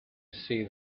see